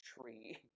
tree